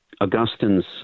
Augustine's